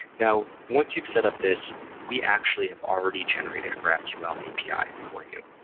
now, once you've set up this, we actually have already generated a graphql api for you.